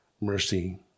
mercy